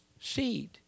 seed